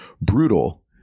brutal